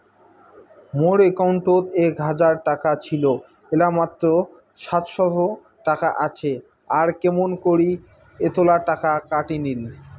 মোর একাউন্টত এক হাজার টাকা ছিল এলা মাত্র সাতশত টাকা আসে আর কেমন করি এতলা টাকা কাটি নিল?